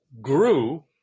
grew